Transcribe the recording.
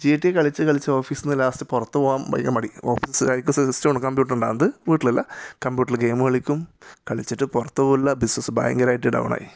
G T A കളിച്ച് കളിച്ച് ഓഫീസിൽ നിന്ന് ലാസ്റ്റ് പുറത്തു പോകാൻ ഭയങ്കര മടി ഓഫീസിൽ സിസ്റ്റം കമ്പ്യൂട്ടർ ഉണ്ട് അത് വീട്ടിലില്ല കമ്പ്യൂട്ടറിൽ ഗെയിം കളിക്കും കളിച്ചിട്ട് പുറത്തു പോകില്ല ബിസിനസ് ഭയങ്കരമായിട്ട് ഡൗൺ ആയി